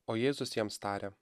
o jėzus jiems tarė